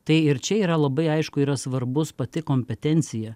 tai ir čia yra labai aišku yra svarbus pati kompetencija